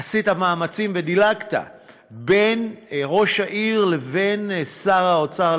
עשית מאמצים ודילגת בין ראש העיר לבין שר האוצר,